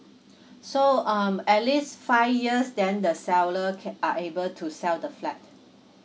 so um at least five years then the seller ca~ are able to sell the flat